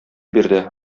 бирде